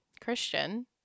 Christian